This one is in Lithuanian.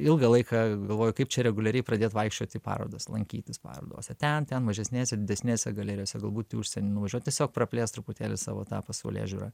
ilgą laiką galvojau kaip čia reguliariai pradėt vaikščiot į parodas lankytis parodose ten ten mažesnės ir didesnėse galerijose galbūt į užsienį nuvažiuot tiesiog praplėst truputėlį savo tą pasaulėžiūrą